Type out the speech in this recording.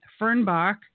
Fernbach